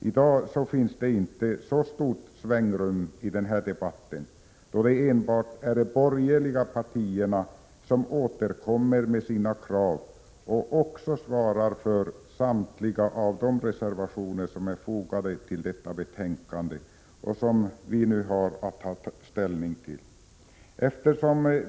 I dag finns det inte ett så stort svängrum i debatten, då det enbart är de borgerliga partierna som återkommer med sina krav och också svarar för samtliga reservationer som är fogade till detta betänkande, som vi nu har att ta ställning till.